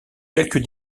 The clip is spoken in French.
quelques